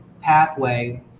pathway